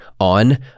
on